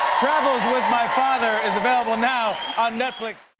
travels with my father is available now on netflix.